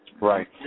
Right